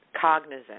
cognizant